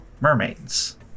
mermaids